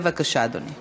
בבקשה, אדוני.